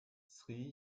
sri